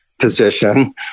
position